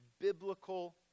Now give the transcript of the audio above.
biblical